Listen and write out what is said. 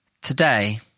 Today